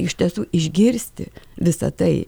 iš tiesų išgirsti visą tai